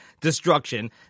destruction